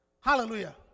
Hallelujah